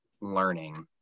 learning